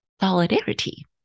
solidarity